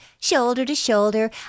shoulder-to-shoulder